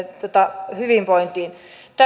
hyvinvointiin